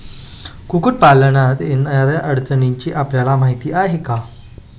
कुक्कुटपालनात येणाऱ्या अडचणींची आपल्याला माहिती आहे का?